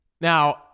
Now